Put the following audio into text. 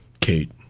Kate